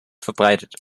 verbreitet